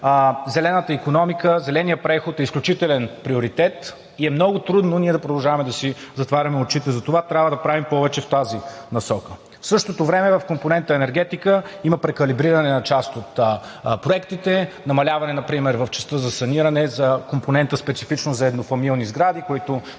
зелената икономика – зеленият преход е изключителен приоритет, и е много трудно ние да продължаваме да си затваряме очите за това. Трябва да правим повече в тази насока. В същото време в компонента „Енергетика“ има прекалибриране на част от проектите, намаляване например в частта за саниране за компонента „Специфичност за еднофамилни сгради“, които